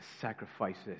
sacrifices